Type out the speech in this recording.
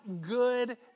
good